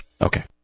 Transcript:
Okay